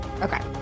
Okay